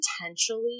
potentially